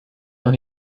noch